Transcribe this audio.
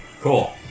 Cool